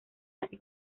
así